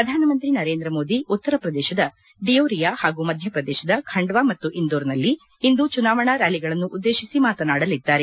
ಪ್ರಧಾನಮಂತ್ರಿ ನರೇಂದ್ರ ಮೋದಿ ಉತ್ತರ ಪ್ರದೇಶದ ಡಿಯೋರಿಯಾ ಹಾಗೂ ಮಧ್ಯಪ್ರದೇಶದ ಖಂಡ್ವಾ ಮತ್ತು ಇಂದೋರ್ನಲ್ಲಿ ಇಂದು ಚುನಾವಣಾ ರ್್ಾಲಿಗಳನ್ನು ಉದ್ದೇಶಿಸಿ ಮಾತನಾಡಲಿದ್ದಾರೆ